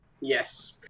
Yes